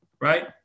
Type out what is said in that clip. right